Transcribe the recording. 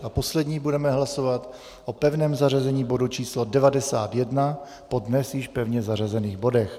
A poslední budeme hlasovat o pevném zařazení bodu č. 91 po dnes již pevně zařazených bodech.